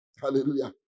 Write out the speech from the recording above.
Hallelujah